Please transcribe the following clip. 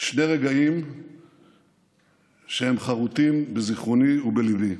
שני רגעים שחרותים בזיכרוני ובליבי: